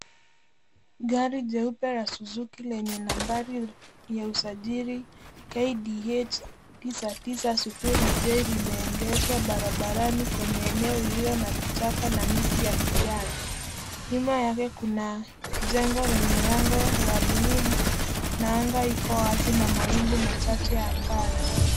Gari jeupe la suzuki lenye nambari ya usajili KDH 990J limeegeshwa barabarani kwenye eneo lililo na vichaka na miti ya kijani. Nyuma yake kuna jengo lenye lango la buluu na anga iko wazi na mawingu machache angani.